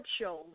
shows